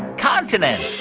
continents.